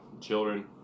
children